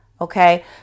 okay